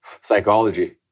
psychology